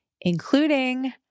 including